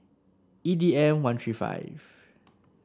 E D M one three five